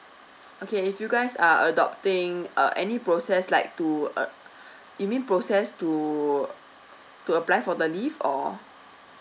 okay if you guys are adopting uh any process like to uh you mean process to to apply for the leave or